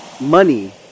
money